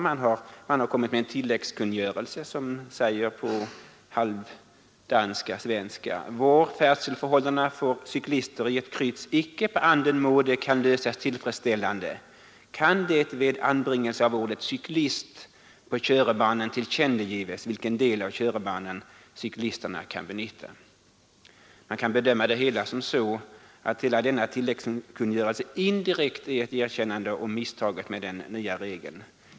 Man har nämligen kommit med en tilläggskungörelse som säger: ”Hvor ferdselforholdene for cyklister i et kryds ikke på anden måde kan loses tilfredsstillende kan det ved anbringelse af ordet ”Cyklist” på korebanen tilkendegives, hvilken del af korebanen cyklisterna kan benytte.” Man kan bedöma hela denna tilläggskungörelse som så, att den indirekt är ett erkännande av misstaget med den nya regeln.